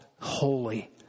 Holy